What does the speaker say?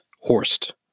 Horst